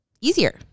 easier